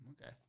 Okay